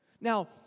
Now